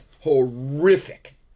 horrific